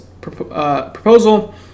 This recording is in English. proposal